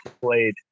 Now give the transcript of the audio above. played